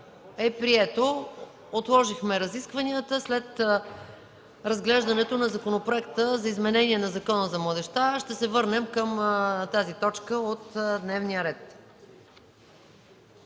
е прието. Отложихме разискванията. След разглеждането на Законопроекта за изменение на Закона за младежта ще се върнем към тази точка от дневния ред.